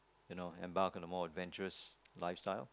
you know embark on a more adventurous lifestyle